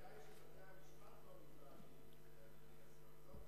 הבעיה היא שבתי-המשפט לא מתלהבים מזה, אדוני השר.